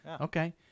Okay